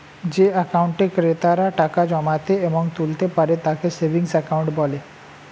যে অ্যাকাউন্টে ক্রেতারা টাকা জমাতে এবং তুলতে পারে তাকে সেভিংস অ্যাকাউন্ট বলে